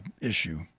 issue